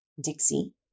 Dixie